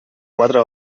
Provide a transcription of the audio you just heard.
quatre